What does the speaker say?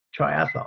triathlon